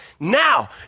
Now